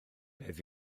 beth